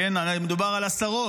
הרי מדובר על עשרות,